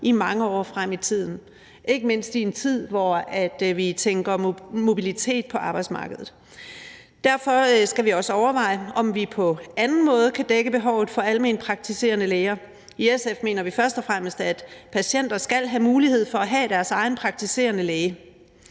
i mange år frem i tiden – ikke mindst i en tid, hvor vi tænker mobilitet på arbejdsmarkedet. Derfor skal vi også overveje, om vi på anden måde kan dække behovet for alment praktiserende læger. I SF mener vi først og fremmest, at patienter skal have mulighed for at have deres egen praktiserende læge,